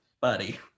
buddy